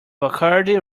bacardi